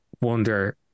Wonder